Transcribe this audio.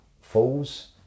falls